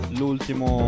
l'ultimo